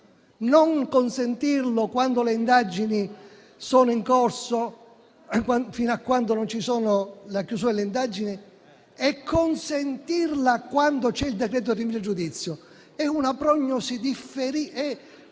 non consentirlo quando le indagini sono in corso, fino a quando non c'è la chiusura delle indagini e consentirla quando c'è il decreto di rinvio a giudizio? È un differimento